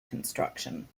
construction